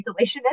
isolationist